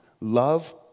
love